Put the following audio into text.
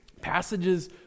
passages